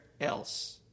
else